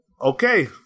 okay